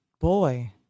boy